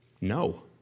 No